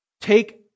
take